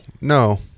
no